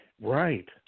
Right